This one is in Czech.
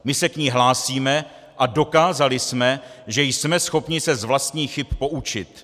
My se k ní hlásíme a dokázali jsme, že jsme schopni se z vlastních chyb poučit.